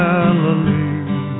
Galilee